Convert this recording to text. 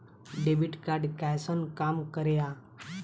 Debit card कैसन काम करेया?